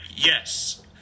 yes